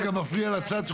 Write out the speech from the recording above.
אתה כרגע מפריע לצד שלך.